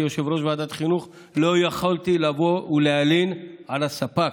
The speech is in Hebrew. כיושב-ראש ועדת החינוך לא יכולתי לבוא ולהלין על הספק,